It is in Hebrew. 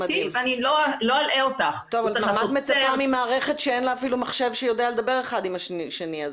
זאת מערכת שאין לה אפילו מחשב שיודע לדבר אחד עם השני.